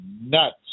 nuts